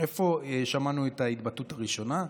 איפה שמענו את ההתבטאות הראשונה?